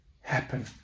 happen